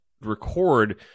record